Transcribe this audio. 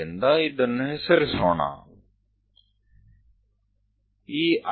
તો ચાલો તેને નામ આપીએ